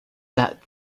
that